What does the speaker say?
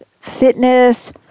fitness